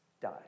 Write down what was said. die